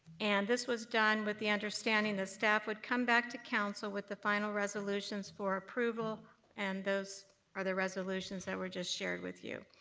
and this was done with the understanding that staff would come back to council with the final resolutions for approval and those are the resolutions that were just shared with you.